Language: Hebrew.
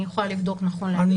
אני יכולה לבדוק נכון להיום.